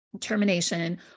termination